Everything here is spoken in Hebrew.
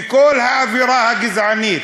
וכל האווירה הגזענית,